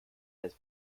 has